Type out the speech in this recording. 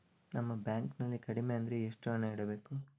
ನಮ್ಮ ಬ್ಯಾಂಕ್ ನಲ್ಲಿ ಕಡಿಮೆ ಅಂದ್ರೆ ಎಷ್ಟು ಹಣ ಇಡಬೇಕು?